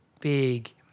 big